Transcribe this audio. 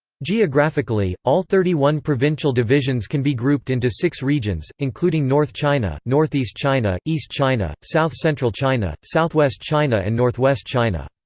geographically, all thirty one provincial divisions can be grouped into six regions, including north china, northeast china, east china, south central china, southwest china and northwest china.